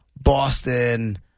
Boston